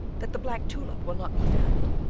that the black tulip will not be found,